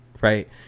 right